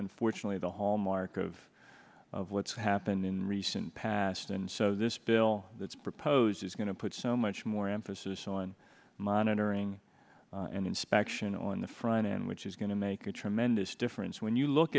unfortunately the hallmark of what's happened in recent past and so this bill that's proposed is going to put so much more emphasis on monitoring and inspection on the front end which is going to make a tremendous difference when you look